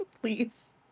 Please